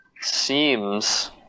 seems